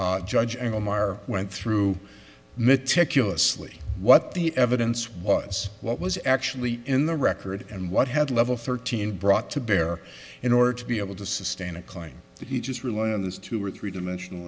judge and omar went through meticulously what the evidence was what was actually in the record and what had level thirteen brought to bear in order to be able to sustain a claim that he just relied on those two or three dimensional